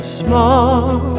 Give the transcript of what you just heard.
small